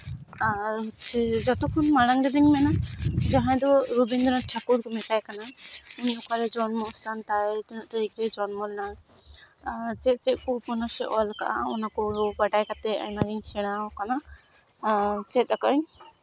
ᱟᱨ ᱡᱚᱛᱚᱠᱷᱚᱱ ᱢᱟᱲᱟᱝ ᱨᱮᱫᱩᱧ ᱢᱮᱱᱟ ᱡᱟᱦᱟᱸᱭ ᱫᱚ ᱨᱚᱵᱤᱱᱫᱨᱚᱱᱟᱛᱷ ᱴᱷᱟᱠᱩᱨ ᱵᱚᱱ ᱢᱮᱛᱟᱭ ᱠᱟᱱᱟ ᱩᱱᱤ ᱚᱠᱟᱨᱮ ᱡᱚᱱᱢᱚ ᱥᱛᱷᱟᱱ ᱛᱟᱭ ᱛᱤᱱᱟᱹᱜ ᱛᱟᱹᱨᱤᱠᱷ ᱨᱮᱭ ᱡᱚᱱᱢᱚ ᱞᱮᱱᱟ ᱟᱨ ᱪᱮᱫ ᱪᱮᱫ ᱠᱚ ᱩᱯᱚᱱᱱᱟᱥ ᱮ ᱚᱞ ᱠᱟᱜᱼᱟ ᱚᱱᱟ ᱠᱚ ᱵᱟᱰᱟᱭ ᱠᱟᱛᱮᱫ ᱟᱭᱢᱟ ᱜᱤᱧ ᱥᱮᱬᱟᱣ ᱠᱟᱱᱟ ᱟᱨ ᱪᱮᱫ ᱟᱠᱟᱫᱟᱹᱧ